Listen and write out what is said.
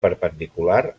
perpendicular